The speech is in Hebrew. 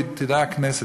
ותדע הכנסת,